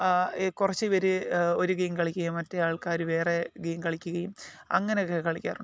കുറച്ച് പേർ ഒരു ഗെയിം കളിക്കുകയും മറ്റേ ആൾക്കാർ വേറെ ഗെയിം കളിക്കുകയും അങ്ങനെയൊക്കെ കളിക്കാറുണ്ട്